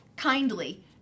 Kindly